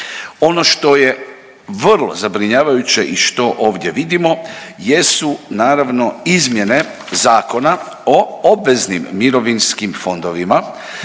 Ono što je vrlo zabrinjavajuće i što ovdje vidimo jesu naravno Izmjene Zakona o obveznim mirovinskim fondovima